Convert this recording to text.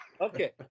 Okay